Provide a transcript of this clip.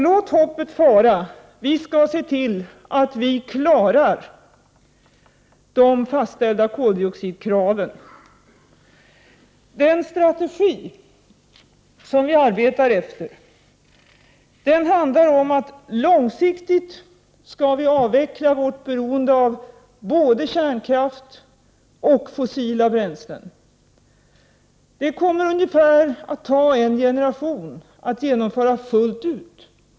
Låt alltså hoppet fara! Vi skall klara de fastställda koldioxidkraven. Den strategi som vi arbetar efter innebär att vi långsiktigt skall avveckla vårt beroende av både kärnkraft och fossila bränslen. Det kommer att ta ungefär en generation att genomföra detta fullt ut.